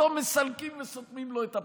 אותו מסלקים וסותמים לו את הפה.